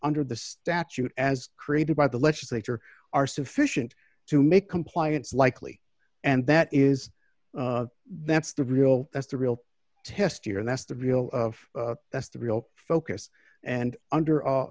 under the statute as created by the legislature are sufficient to make compliance likely and that is that's the real that's the real test year and that's the real that's the real focus and under